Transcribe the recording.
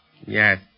Yes